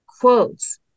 quotes